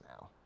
now